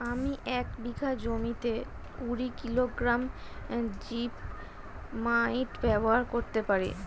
আমি এক বিঘা জমিতে কুড়ি কিলোগ্রাম জিপমাইট ব্যবহার করতে পারি?